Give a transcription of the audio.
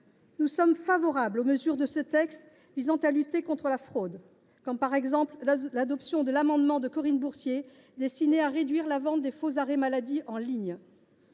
Nous sommes favorables aux mesures du texte visant à lutter contre la fraude. Je me réjouis ainsi de l’adoption d’un amendement de Corinne Bourcier visant à réduire la vente de faux arrêts maladie en ligne.